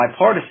bipartisanship